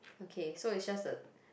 okay so it's just a